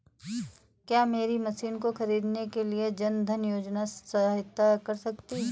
क्या मेरी मशीन को ख़रीदने के लिए जन धन योजना सहायता कर सकती है?